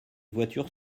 voitures